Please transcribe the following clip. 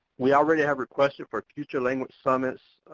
we already have requested for future language summits.